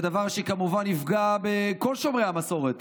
וזה דבר שכמובן יפגע בכל שומרי המסורת,